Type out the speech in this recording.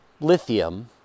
lithium